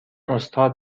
استاد